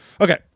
Okay